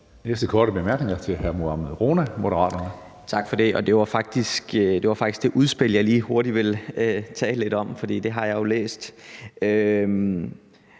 næste korte bemærkning er til hr. Mohammad Rona, Moderaterne. Kl. 12:24 Mohammad Rona (M): Tak for det. Det var faktisk det udspil, jeg lige hurtigt ville tale lidt om, for det har jeg jo læst.